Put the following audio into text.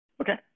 Okay